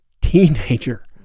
teenager